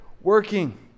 working